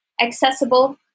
accessible